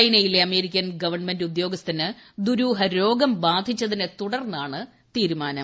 ചൈനയിലെ American government ഉദ്യോഗസ്ഥന് ദുരൂഹരോഗം ബാധിച്ചതിനെ തുടർന്നാണ് തീരുമാനം